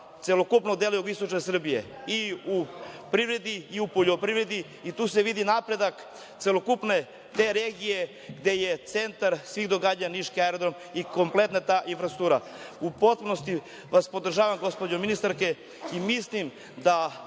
celokupnog dela jugoistočne Srbije, i u privredi i u poljoprivredi. Tu se vidi napredak celokupne te regije, gde je centar svih događanja niški aerodrom i kompletna ta infrastruktura.U potpunosti vas podržavam, gospođo ministarko i mislim da